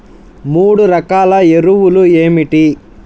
మూడు రకాల ఎరువులు ఏమిటి?